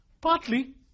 Partly